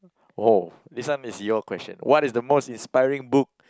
oh this one is your question what is the most inspiring book